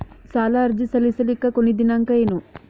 ಸಾಲ ಅರ್ಜಿ ಸಲ್ಲಿಸಲಿಕ ಕೊನಿ ದಿನಾಂಕ ಏನು?